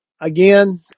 Again